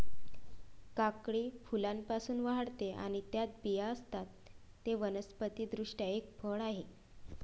काकडी फुलांपासून वाढते आणि त्यात बिया असतात, ते वनस्पति दृष्ट्या एक फळ आहे